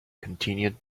continued